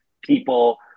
people